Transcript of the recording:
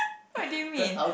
what do you mean